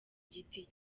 giti